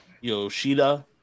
Yoshida